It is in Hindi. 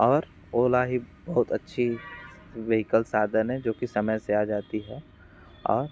और ओला ही बहुत अच्छी वेहिकल साधन है जो कि समय से आ जाती है और